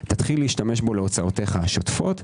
תתחיל להשתמש בו להוצאותיך השוטפות.